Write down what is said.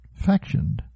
factioned